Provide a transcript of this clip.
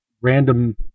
random